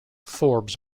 forbes